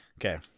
Okay